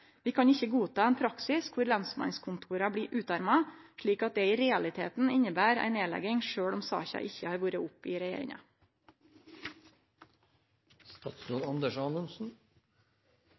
Vi kan ikkje godta ein praksis kor lensmannskontora blir utarma, slik at det i realiteten inneber ei nedlegging sjølv om saka ikkje har vore oppe i